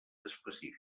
específics